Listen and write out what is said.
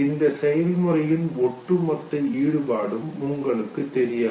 இந்த செயல்முறையின் ஒட்டுமொத்த ஈடுபாடும் உங்களுக்கு தெரியாது